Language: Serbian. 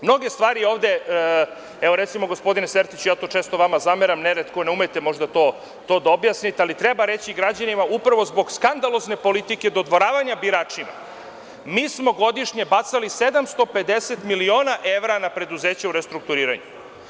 Mnoge stvari ovde, evo, recimo, gospodine Sertiću, ja to često vama zameram, neretko, ne umete možda to da objasnite, ali treba reći građanima, upravo zbog skandalozne politike dodvoravanja biračima, mi smo godišnje bacali 750 miliona evra na preduzeća u restrukturiranju.